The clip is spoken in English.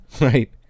Right